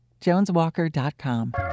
JonesWalker.com